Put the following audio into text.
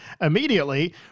immediately